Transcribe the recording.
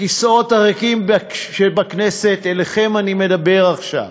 הכיסאות הריקים שבכנסת, אליכם אני מדבר עכשיו.